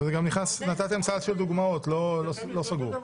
נתתם סל של דוגמאות, לא סגור.